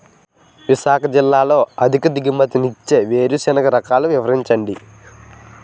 విశాఖ జిల్లాలో అధిక దిగుమతి ఇచ్చే వేరుసెనగ రకాలు వివరించండి?